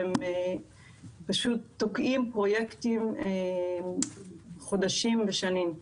והם פשוט תוקעים פרויקטים חודשים ושנים.